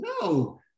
No